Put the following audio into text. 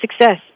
success